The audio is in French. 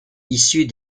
issus